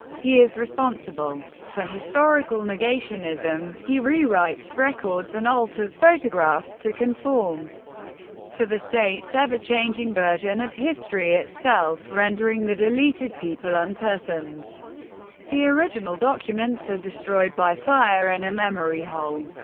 he is responsible for historical historical negationism he rewrites records and alters photographs to conform to the state's ever-changing version of history itself, rendering the deleted people unpersons the original documents are destroyed by fire in a memory hole.